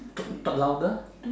talk louder